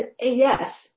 yes